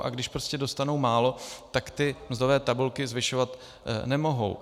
A když dostanou málo, tak ty mzdové tabulky zvyšovat nemohou.